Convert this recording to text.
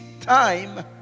time